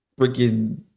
freaking